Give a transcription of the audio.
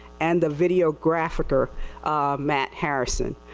and the video graphicer math marisson.